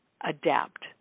adapt